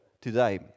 today